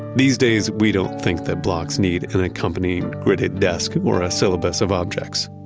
these days, we don't think that blocks need an accompanying gridded desk or a syllabus of objects.